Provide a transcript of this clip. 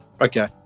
Okay